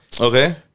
Okay